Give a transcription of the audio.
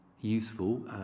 Useful